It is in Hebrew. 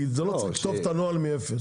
כי לא צריך לכתוב את הנוהל מאפס,